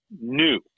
new